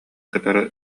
кытары